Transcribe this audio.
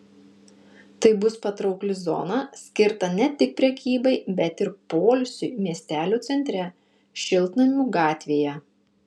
tai bus patraukli zona skirta ne tik prekybai bet ir poilsiui miestelio centre šiltnamių gatvėje